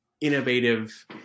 innovative